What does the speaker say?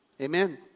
Amen